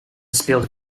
speelde